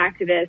activists